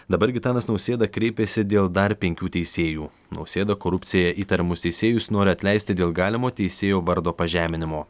dabar gitanas nausėda kreipėsi dėl dar penkių teisėjų nausėda korupcija įtariamus teisėjus nori atleisti dėl galimo teisėjo vardo pažeminimo